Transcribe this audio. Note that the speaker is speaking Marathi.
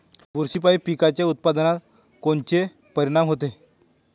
बुरशीपायी पिकाच्या उत्पादनात कोनचे परीनाम होते?